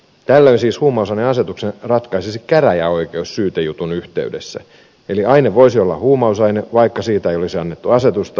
tällöin siis huumausaineasetuksen ratkaisisi käräjäoikeus syytejutun yhteydessä eli aine voisi olla huumausaine vaikka siitä ei olisi annettu asetusta